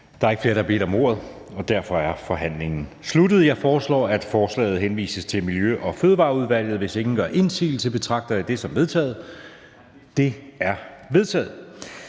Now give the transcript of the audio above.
Der er ikke flere, der har bedt om ordet, og derfor er forhandlingen sluttet. Jeg foreslår, at forslaget til folketingsbeslutning henvises til Miljø- og Fødevareudvalget. Hvis ingen gør indsigelse, betragter jeg det som vedtaget. Det er vedtaget.